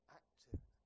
active